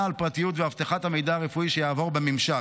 על פרטיות ואבטחת המידע הרפואי שיעבור בממשק.